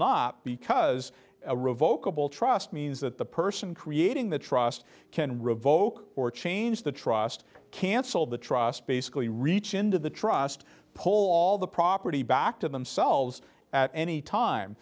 revokable trust means that the person creating the trust can revoke or change the trust cancel the trust basically reach into the trust pull all the property back to themselves at any time